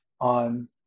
on